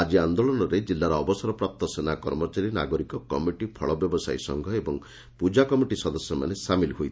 ଆଜି ଆନ୍ଦୋଳନରେ ଜିଲ୍ଲାର ଅବସରପ୍ରାପ୍ତ ସେନା କର୍ମଚାରୀ ନାଗରିକ କମିଟି ଫଳ ବ୍ୟବସାୟୀ ସଂଘ ଏବଂ ପୂଜା କମିଟି ସଦସ୍ୟମାନେ ସାମିଲ୍ ହୋଇଛନ୍ତି